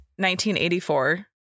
1984